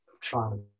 Trying